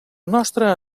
nostre